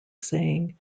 saying